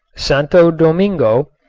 santo domingo,